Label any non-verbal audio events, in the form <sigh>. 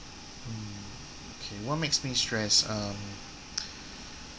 mm okay what makes me stress um <noise>